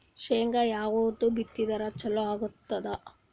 ಶೇಂಗಾ ಯಾವದ್ ಬಿತ್ತಿದರ ಚಲೋ ಆಗತದ?